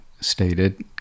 stated